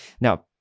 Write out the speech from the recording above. Now